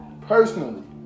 personally